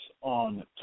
on